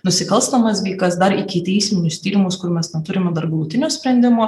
nusikalstamas veikas dar ikiteisminius tyrimus kurių mes neturime dar galutinio sprendimo